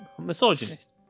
misogynist